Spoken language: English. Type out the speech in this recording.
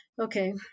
Okay